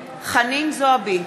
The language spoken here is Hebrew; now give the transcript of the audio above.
(קוראת בשמות חברי הכנסת) חנין זועבי,